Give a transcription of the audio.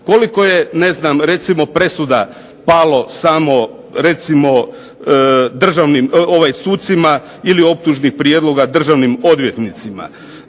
Koliko je, ne znam recimo presuda palo samo, recimo sucima ili optužnih prijedloga državnim odvjetnicima.